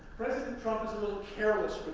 president trump is a little careless